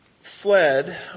fled